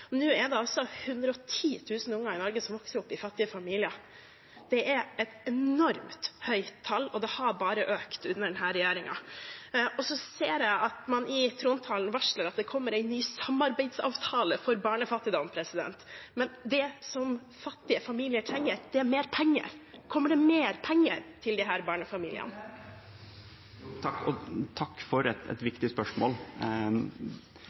Nå er det altså 110 000 unger i Norge som vokser opp i fattige familier. Det er et enormt høyt tall, og det har bare økt under denne regjeringen. Så ser jeg at man i trontalen varsler at det kommer en ny samarbeidsavtale når det gjelder barnefattigdom. Men det fattige familier trenger, er mer penger. Kommer det mer penger til disse barnefamiliene? Takk